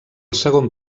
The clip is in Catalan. segon